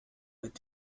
mit